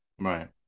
right